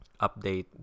update